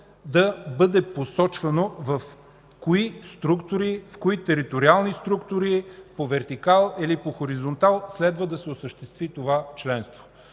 да бъде посочвано в кои териториални структури по вертикал или по хоризонтал следва да се осъществи това членство.